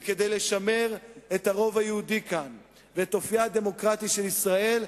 וכדי לשמר את הרוב היהודי כאן ואת אופיה הדמוקרטי של מדינת ישראל,